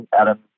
Adam